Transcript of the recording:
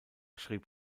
schrieb